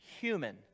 human